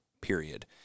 period